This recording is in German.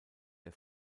der